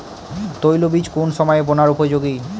তৈলবীজ কোন সময়ে বোনার উপযোগী?